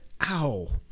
ow